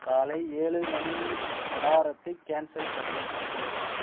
காலை ஏழு மணி அலாரத்தை கேன்சல் பண்ணு